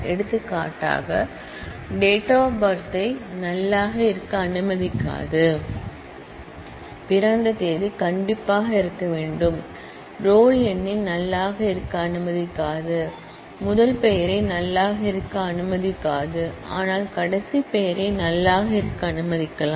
எடுத்துக்காட்டாக DOB ஐ நல்லாக இருக்க அனுமதிக்காது பிறந்த தேதி இருக்க வேண்டும் ரோல் எண்ணை நல்லாக இருக்க அனுமதிக்காது முதல் பெயரை நல்லாக இருக்க அனுமதிக்காது ஆனால் கடைசி பெயரை நல்லாக இருக்க அனுமதிக்கலாம்